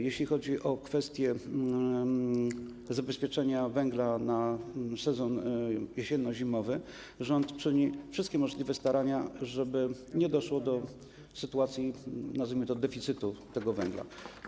Jeśli chodzi o kwestie zabezpieczenia węgla na sezon jesienno-zimowy, to rząd czyni wszystkie możliwe starania, żeby nie doszło do sytuacji, nazwijmy to, deficytu tego węgla.